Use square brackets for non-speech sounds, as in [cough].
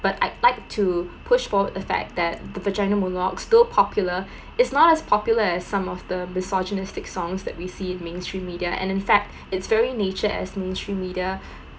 but I'd like to push forward the fact that the vagina monologues though popular [breath] is not as popular as some of the misogynistic songs that we see in mainstream media and in fact [breath] it's very nature as mainstream media [breath]